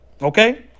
Okay